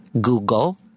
Google